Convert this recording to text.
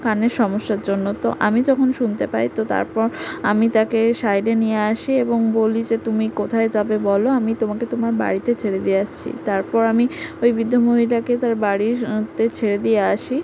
কানের সমস্যার জন্য তো আমি যখন শুনতে পাই তো তারপর আমি তাকে সাইডে নিয়ে আসি এবং বলি যে তুমি কোথায় যাবে বল আমি তোমাকে তোমার বাড়িতে ছেড়ে দিয়ে আসছি তারপর আমি ওই বৃদ্ধ মহিলাকে তার বাড়ির তে ছেড়ে দিয়ে আসি